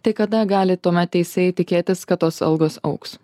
tai kada gali tuomet teisėjai tikėtis kad tos algos augs